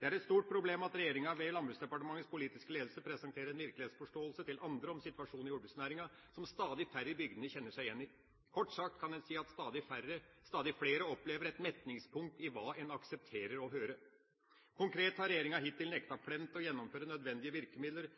Det er et stort problem at regjeringa, ved Landbruksdepartementets politiske ledelse, presenterer en virkelighetsforståelse til andre om situasjonen i jordbruksnæringa, som stadig færre i bygdene kjenner seg igjen i. Kort sagt kan en si at stadig flere opplever et metningspunkt for hva man aksepterer å høre. Helt konkret har regjeringa hittil nektet plent